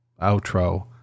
outro